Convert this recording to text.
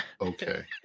Okay